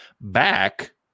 back